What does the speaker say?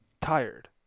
tired